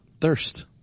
thirst